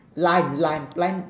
lime lime lime